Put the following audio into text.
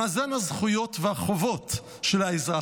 של מאזן הזכויות והחובות של האזרח,